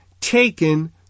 taken